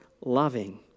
loving